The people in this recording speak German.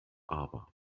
aber